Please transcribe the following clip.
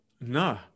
No